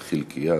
חלקיה,